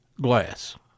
glass